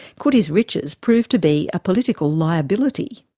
could his riches prove to be a political liability?